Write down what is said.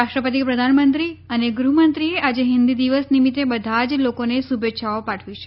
રાષ્ટ્રપતિ પ્રધાનમંત્રી અને ગૃહમંત્રીએ આજે હિન્દી દિવસ નિમિત્તે બધા જ લોકોને શુભે ચ્છાઓ પાઠવી છે